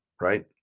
right